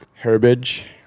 Herbage